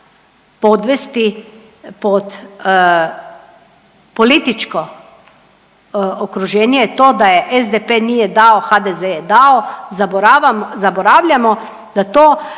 povesti pod političko okruženje je to da je SDP nije dao, HDZ je dao, zaboravljamo da to